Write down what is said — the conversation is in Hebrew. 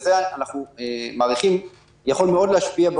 אנחנו מעריכים שזה יכול להשפיע מאוד,